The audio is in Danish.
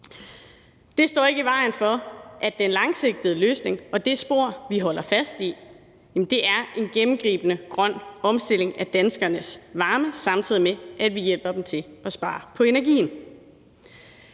Det står ikke i vejen for, at den langsigtede løsning og det spor, vi holder fast i, er en gennemgribende grøn omstilling af danskernes varme, samtidig med at vi hjælper dem til at spare på energien.